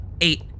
Eight